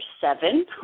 seven